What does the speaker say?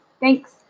Thanks